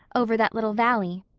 over that little valley.